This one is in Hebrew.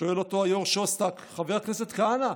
שואל אותו היו"ר שוסטק: "חבר הכנסת כהנא,